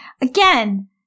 again